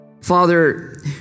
Father